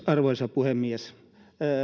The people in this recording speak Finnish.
arvoisa puhemies